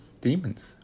demons